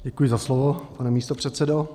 Děkuji za slovo, pane místopředsedo.